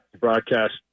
broadcast